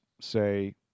say –